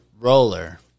roller